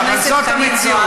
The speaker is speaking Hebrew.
אבל זאת המציאות.